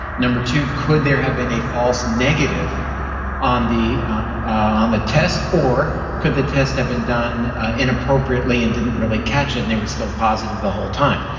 two, could there have been a false negative on the on the test or could the test have been done inappropriately and didn't really catch it and they were still positive the whole time?